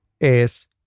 es